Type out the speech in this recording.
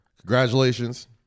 congratulations